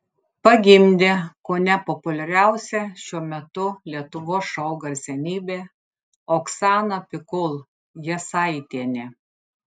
pagimdė kone populiariausia šiuo metu lietuvos šou garsenybė oksana pikul jasaitienė